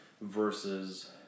versus